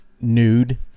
Nude